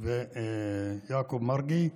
ויעקב מרגי,